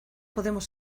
podemos